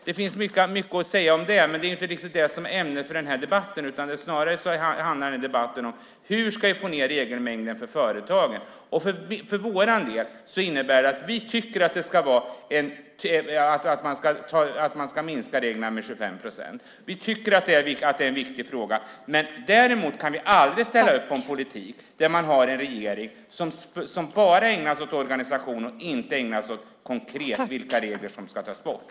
Det finns mycket att säga om det, men det är inte riktigt det som är ämnet för den här debatten. Den handlar snarare om hur vi ska få ned regelmängden för företagen. För vår del innebär det att vi tycker att man ska minska reglerna med 25 procent. Vi tycker att det är en viktig fråga. Däremot kan vi aldrig ställa upp på en politik där man har en regering som bara ägnar sig åt organisation och inte konkret åt vilka regler som ska tas bort.